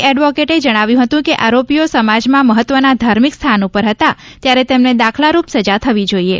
સરકારી એડવોકેટે જણાવ્યું હતું કે આરોપીઓ સમાજમાં મહત્વના ધાર્મિક સ્થાન પર હતા ત્યારે તેમને દાખલારૂપ સજા થવી જોઇએ